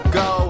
go